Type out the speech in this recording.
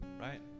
right